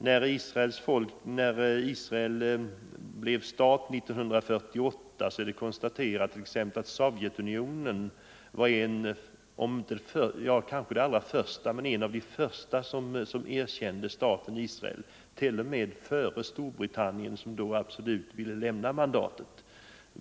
När Israel blev stat 1948 var Sovjetunionen om inte den första så i varje fall en av de första nationer som erkände staten Israel. Sovjetunionen var t.o.m. före Storbritannien som då absolut ville lämna mandatet.